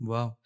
Wow